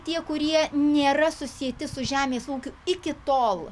tie kurie nėra susieti su žemės ūkiu iki tol